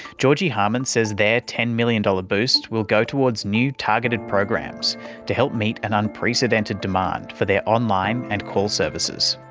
georgie harman says their ten million dollars boost will go towards new targeted programs to help meet an unprecedented demand for their online and call services.